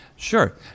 Sure